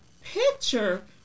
picture